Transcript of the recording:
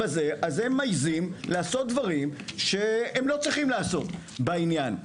אז הם מעזים לעשות דברים שהם לא צריכים לעשות בעניין.